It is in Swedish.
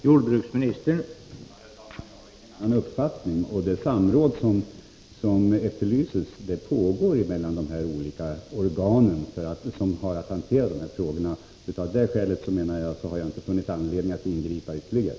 Herr talman! Jag har ingen annan uppfattning. Det samråd som efterlyses pågår mellan de parter som har att hantera frågorna. Jag menar att jag av det skälet inte har funnit anledning att ingripa ytterligare.